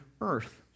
earth